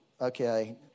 okay